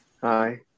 Hi